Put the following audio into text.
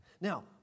Now